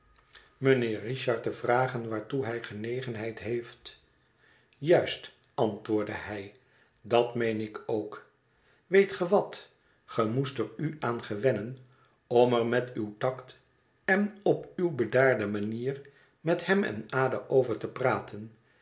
mijnheer richard te vragen waartoe hij genegenheid heeft juist antwoordde hij dat meen ik ook weet ge wat ge moest er u aan gewennen om er met uw tact en op uwe bedaarde manier met hem en ada over te praten